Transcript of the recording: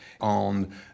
on